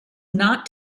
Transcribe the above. not